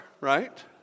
right